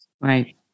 Right